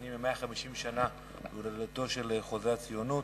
מציינים 150 שנה להולדתו של חוזה הציונות,